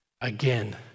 again